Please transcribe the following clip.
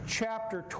chapter